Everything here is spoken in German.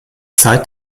zeit